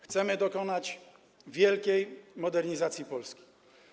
Chcemy dokonać wielkiej modernizacji Polski.